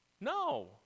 No